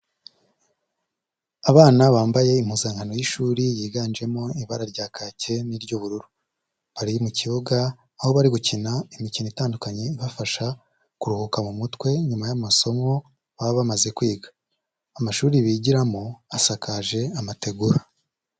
Abana bambaye impuzankano y'ishuri yiganjemo ibara rya kake n'iry'ubururu, bari mu kibuga aho bari gukina imikino itandukanye ibafasha kuruhuka mu mutwe nyuma y'amasomo baba bamaze kwiga, amashuri bigiramo asakaje amategura.